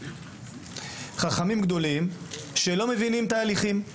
חכמים גדולים שלא מבינים תהליכים.